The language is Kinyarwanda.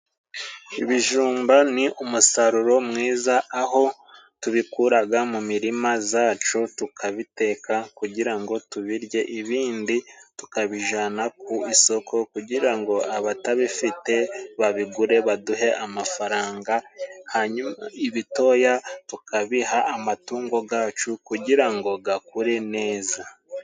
Ibijumba ni umusaruro mwiza, aho tubikuraga mu mirima zacu tukabiteka kugira ngo tubirye, ibindi tukabijana ku isoko kugira ngo abatabifite babigure baduhe amafaranga, hanyuma ibitoya tukabiha amatungo gacu kugira ngo gakure neza.